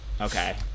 Okay